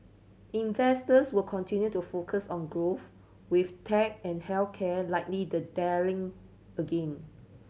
investors will continue to focus on growth with tech and health care likely the darling again